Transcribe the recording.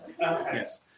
Yes